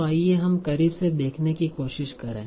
तो आइए हम करीब से देखने की कोशिश करें